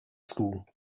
school